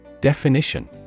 Definition